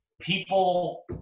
people